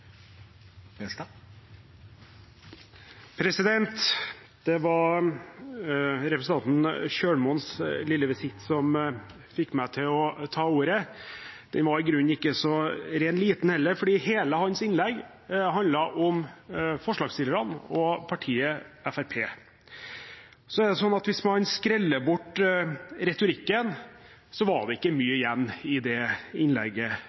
Det var representanten Kjølmoens lille visitt som fikk meg til å ta ordet. Den var i grunnen ikke så rent liten heller, fordi hele hans innlegg handlet om forslagsstillerne og partiet Fremskrittspartiet. Hvis man skreller bort retorikken, var det ikke mye igjen i det innlegget.